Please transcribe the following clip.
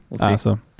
awesome